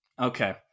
Okay